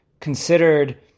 considered